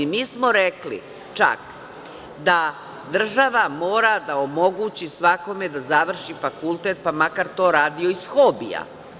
Mi smo rekli, čak, da država mora da omogući svakome da završi fakultet, pa makar to radio iz hobija.